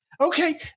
Okay